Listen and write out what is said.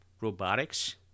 robotics